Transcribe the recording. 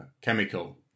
chemical